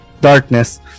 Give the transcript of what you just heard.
darkness